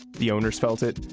the owners felt it,